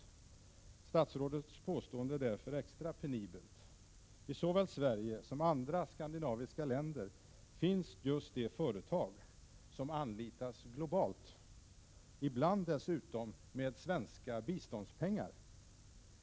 Statsrådets påstående är därför extra penibelt. I såväl Sverige som andra skandinaviska länder finns just de företag som anlitas globalt, ibland dessutom med svenska biståndspengar.